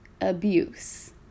abuse